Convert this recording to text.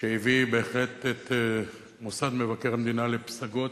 שהביא בהחלט את מוסד מבקר המדינה לפסגות,